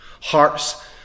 hearts